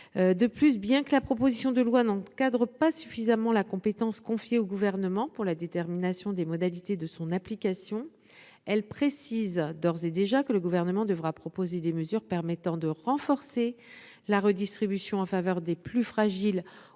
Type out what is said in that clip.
De plus, bien que la proposition de loi n'encadre pas suffisamment la compétence confiée au Gouvernement pour ce qui concerne la détermination des modalités de son application, le texte précise d'ores et déjà que le Gouvernement devra proposer des mesures permettant de renforcer la redistribution en faveur des plus fragiles